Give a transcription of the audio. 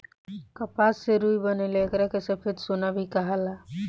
कपास से रुई बनेला एकरा के सफ़ेद सोना भी कहाला